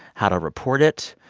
how to report it?